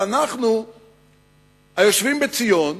אבל אנחנו היושבים בציון,